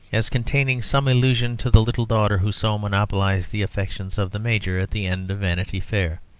as containing some allusion to the little daughter who so monopolised the affections of the major at the end of vanity fair.